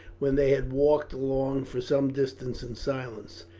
when they had walked along for some distance in silence.